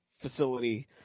facility